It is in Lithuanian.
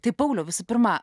tai pauliau visų pirma